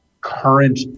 current